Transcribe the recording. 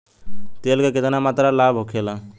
तेल के केतना मात्रा लाभ होखेला?